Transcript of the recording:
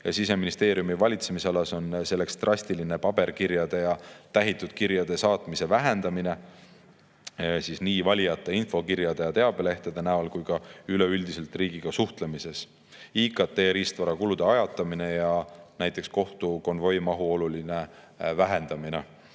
Siseministeeriumi valitsemisalas on selleks paberkirjade ja tähitud kirjade saatmise drastiline vähendamine, nii valijate infokirjade ja teabelehtede näol kui ka üleüldiselt riigiga suhtlemises, ning IKT‑riistvara kulude ajatamine ja näiteks kohtukonvoi mahu oluline vähendamine.